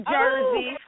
Jersey